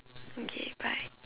okay bye